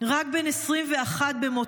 רק בן 21 במותו.